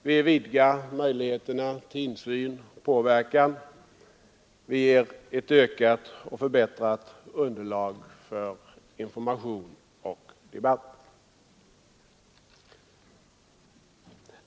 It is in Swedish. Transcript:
Vi vidgar möjligheterna till insyn och påverkan, vi ger ett ökat och förbättrat underlag för information och debatt.